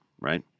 right